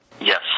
Yes